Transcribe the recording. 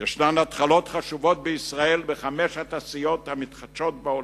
יש התחלות חשובות בישראל בחמש התעשיות המתחדשות בעולם: